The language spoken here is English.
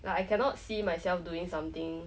like I cannot see myself doing something